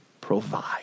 provide